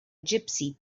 gypsy